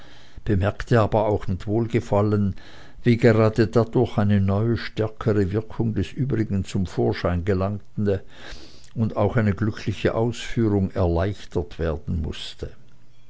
bemerkte aber auch mit wohlgefallen wie gerade dadurch eine neue stärkere wirkung des übrigen zum vorschein gelangte und auch eine glückliche ausführung erleichtert werden mußte